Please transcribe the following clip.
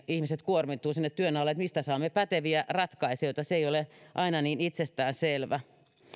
ihmiset kuormittuvat sinne työn alle mistä saamme päteviä ratkaisijoita se ei ole aina niin itsestäänselvää